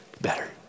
better